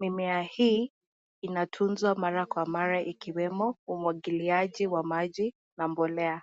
mimea hii inatunzwa mara kwa mara ikiwemo umwagiliaji wa maji na mbolea.